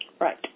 right